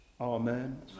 Amen